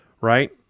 right